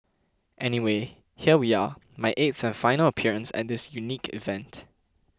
anyway here we are my eighth and final appearance at this unique event